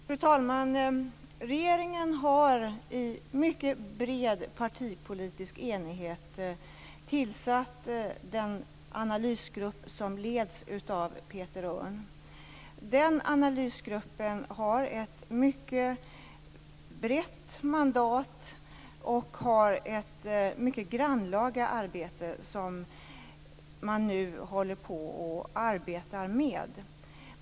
Fru talman! Regeringen har i mycket bred partipolitisk enighet tillsatt den analysgrupp som leds av Peter Örn. Den analysgruppen har ett mycket brett mandat och skall göra ett mycket grannlaga arbete, som man nu håller på med.